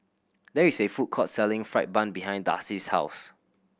there is a food court selling fried bun behind Darcie's house